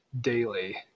daily